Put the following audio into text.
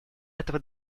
этого